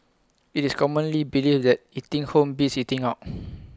IT is commonly believed that eating home beats eating out